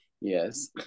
yes